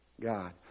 God